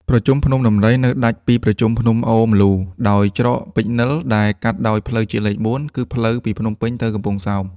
ប្រជុំភ្នំដំរី នៅដាច់ពីប្រជុំភ្នំអូរម្លូដោយច្រកពេជ្រនិល ដែល កាត់ដោយផ្លូវជាតិលេខ ៤ គឺផ្លូវពីភ្នំពេញទៅកំពង់សោម ។